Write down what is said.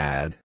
Add